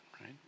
right